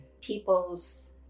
people's